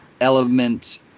element